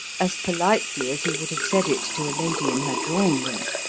as politely as he would have said it to a lady in her drawing-room.